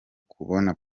kubona